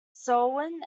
selwyn